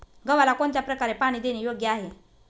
गव्हाला कोणत्या प्रकारे पाणी देणे योग्य आहे?